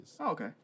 Okay